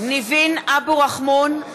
ניבין אבו רחמון,